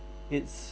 it's